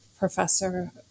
Professor